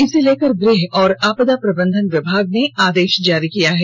इसे लेकर गृह और आपदा प्रबंधन विभाग ने आदेश जारी किया है